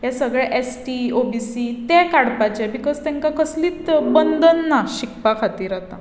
हें सगले S T O B C ते काडपाचे बिकॉज तांकां कसलीच बंदन ना शिकपा खातीर आतां